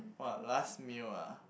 !wah! last meal ah